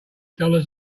dollars